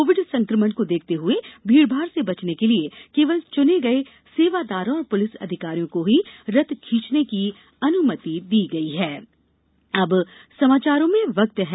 Covid संक्रमण को देखते हुए भीडभाड से बचने के लिए केवल चुने गए सेवादारों और पुलिस अधिकारियों को ही रथ खींचने की अनुमति दी गई है